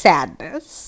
Sadness